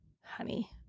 honey